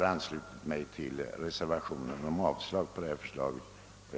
också anslutit mig till reservationen om avslag på detta förslag. Herr talman!